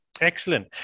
Excellent